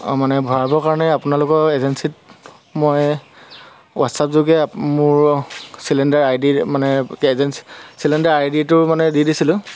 অঁ মানে ভৰাবৰ কাৰণে আপোনালোকৰ এজেঞ্চিত মই হোৱাটছআপ যোগে মোৰ চিলিণ্ডাৰ আই ডি মানে এজেঞ্চি চিলিণ্ডাৰ আই ডি টো মানে দি দিছিলোঁ